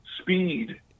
speed